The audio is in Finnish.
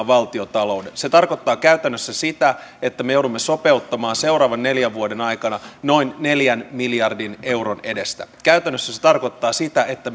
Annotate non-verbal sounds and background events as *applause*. *unintelligible* valtiontalouden se tarkoittaa käytännössä sitä että me joudumme sopeuttamaan seuraavan neljän vuoden aikana noin neljän miljardin euron edestä käytännössä se tarkoittaa sitä että *unintelligible*